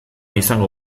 izango